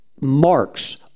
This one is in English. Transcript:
marks